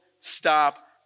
stop